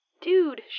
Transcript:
Dude